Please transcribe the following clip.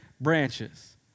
branches